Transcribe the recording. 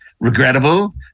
Regrettable